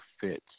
fits